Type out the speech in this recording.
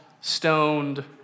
stoned